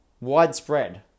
widespread